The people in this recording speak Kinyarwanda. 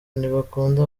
ntibakunda